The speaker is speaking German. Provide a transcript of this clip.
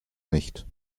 nicht